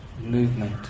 movement